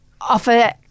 offer